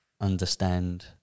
understand